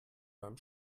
beim